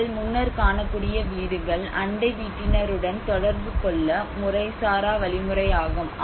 நீங்கள் முன்னர் காணக்கூடிய வீடுகள் அண்டை வீட்டினருடன் தொடர்பு கொள்ள முறைசாரா வழிமுறையாகும்